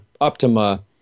Optima